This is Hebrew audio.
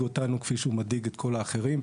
אותנו כפי שהוא מדאיג את כל האחרים.